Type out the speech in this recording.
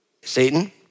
Satan